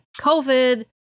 COVID